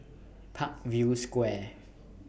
Parkview Square